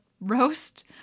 roast